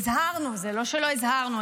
הזהרנו, זה לא שלא הזהרנו.